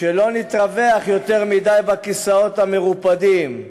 שלא נתרווח יותר מדי בכיסאות המרופדים,